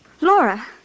Laura